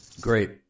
Great